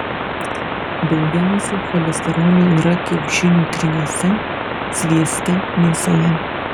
daugiausiai cholesterolio yra kiaušinių tryniuose svieste mėsoje